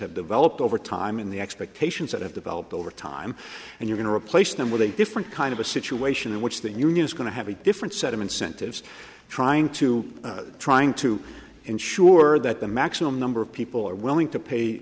have developed over time in the expectations that have developed over time and you can replace them with a different kind of a situation in which the union is going to have a different set of incentives trying to trying to ensure that the maximum number of people are willing to pay